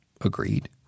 Agreed